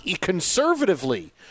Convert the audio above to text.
conservatively